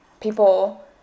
people